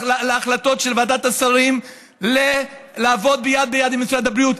להחלטות של ועדת השרים לעבוד יד ביד עם משרד הבריאות,